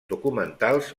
documentals